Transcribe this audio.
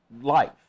life